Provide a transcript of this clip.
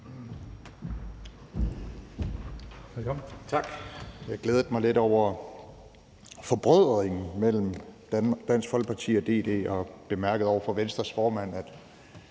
Jeg glædede mig lidt over forbrødringen mellem Dansk Folkeparti og DD og bemærkede over for Venstres formand,